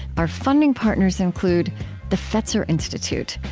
our funding partners include the fetzer institute,